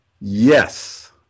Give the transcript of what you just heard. Yes